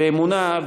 באמונה,